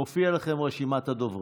מופיעה לכם רשימת הדוברים.